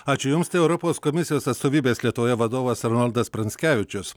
ačiū jums tai europos komisijos atstovybės lietuvoje vadovas arnoldas pranckevičius